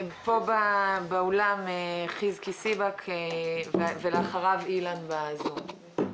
פה באולם חיזקי סיבק; ואחריו אילן בזום.